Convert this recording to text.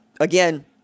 again –